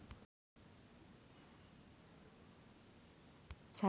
साधे व्याज आणि चक्रवाढ व्याज हे दोन प्रकारचे व्याज आहे, पप्पा समजून घ्या